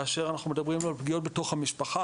כאשר אנחנו מדברים על פגיעות בתוך המשפחה,